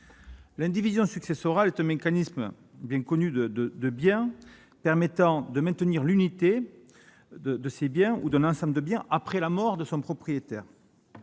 L'indivision successorale est un mécanisme bien connu de droit civil des biens qui permet de maintenir l'unité d'un bien ou d'un ensemble de biens après la mort de son propriétaire.